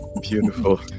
Beautiful